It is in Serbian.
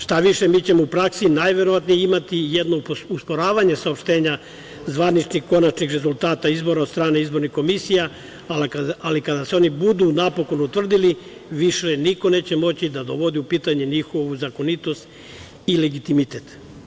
Šta više, mi ćemo u praksi najverovatnije imati jednu usporavanje saopštenja zvaničnih konačnih rezultata izbora od strane izbornih komisija, ali kada se oni budu napokon utvrdili više niko neće moći da dovodi u pitanje njihovu zakonitost i legitimitet.